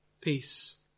Peace